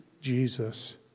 Jesus